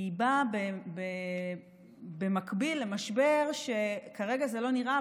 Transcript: היא באה במקביל למשבר שכרגע זה לא נראה,